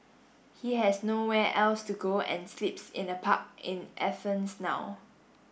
he has nowhere else to go and sleeps in a park in Athens now